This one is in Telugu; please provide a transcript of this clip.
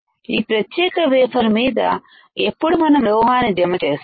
ఈ ప్రత్యేక వేఫర్ మీద ఎప్పుడు మనం లోహాన్ని జమ చేస్తాము